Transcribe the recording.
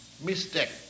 mistake